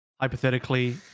hypothetically